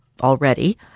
already